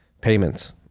payments